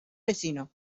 vecino